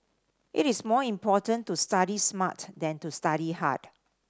it is more important to study smart than to study hard